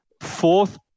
fourth